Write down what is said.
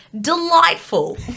delightful